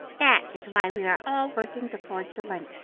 that is why we are all working to forge the links,